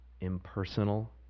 impersonal